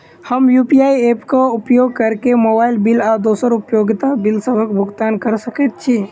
हम UPI app क उपयोग करके मोबाइल बिल आ दोसर उपयोगिता बिलसबक भुगतान कर सकइत छि